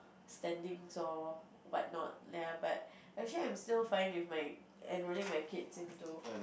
standings or whatnot ya but actually I'm still fine with my enrolling my kids into